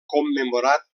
commemorat